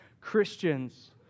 Christians